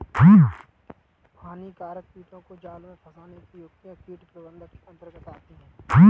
हानिकारक कीटों को जाल में फंसने की युक्तियां कीट प्रबंधन के अंतर्गत आती है